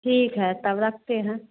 ठीक है तब रखते हैं